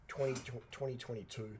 2022